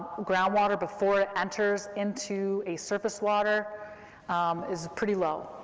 groundwater before it enters into a surface water is pretty low.